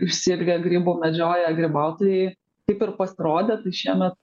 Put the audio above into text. išsiilgę grybų medžioja grybautojai taip ir pasirodė tai šiemet